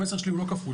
המסר שלי הוא לא כפול.